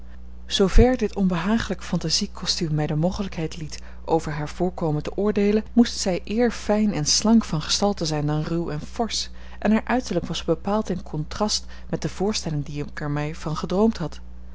zoover dit onbehagelijk fantasie kostuum mij de mogelijkheid liet over haar voorkomen te oordeelen moest zij eer fijn en slank van gestalte zijn dan ruw en forsch en haar uiterlijk was bepaald in contrast met de voorstelling die ik er mij van gedroomd had